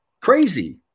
Crazy